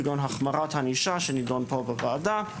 כמו החמרת ענישה שנידונה פה בוועדה,